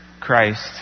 Christ